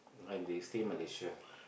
I they stay Malaysia